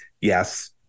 yes